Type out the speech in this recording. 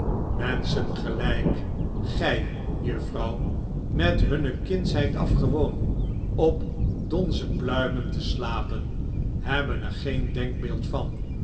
menschen gelijk gij juffrouw van hunne kindsheid af gewoon op donzen pluimen te slapen hebben er geen denkbeeld van